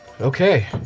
Okay